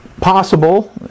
possible